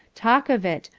talk of it,